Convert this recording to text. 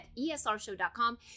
ESRshow.com